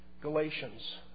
Galatians